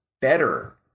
better